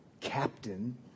captain